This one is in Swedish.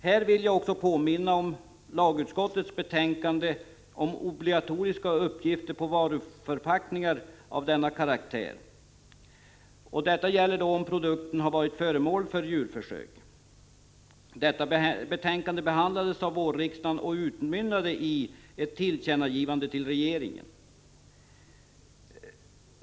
Här vill jag också påminna om lagutskottets betänkande om obligatoriska uppgifter på varuförpackningar av denna karaktär. Det gäller om produkten har varit föremål för djurförsök. Detta betänkande behandlades av vårriksdagen och utmynnade i ett tillkännagivande till regeringen.